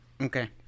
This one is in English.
okay